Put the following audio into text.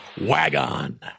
Wagon